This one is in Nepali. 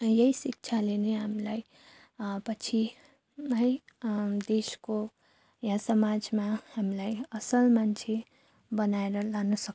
यही शिक्षाले नै हामीलाई पछि है देशको वा समाजमा हामीलाई असल मान्छे बनाएर लान सक्छ